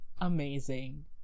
amazing